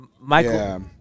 Michael